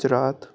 Gujarat